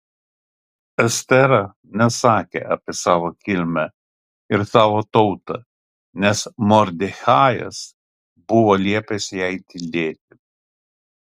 estera nesakė apie savo kilmę ir savo tautą nes mordechajas buvo liepęs jai tylėti